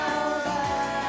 over